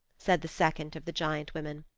said the second of the giant women.